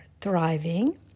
thriving